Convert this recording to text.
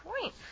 point